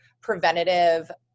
preventative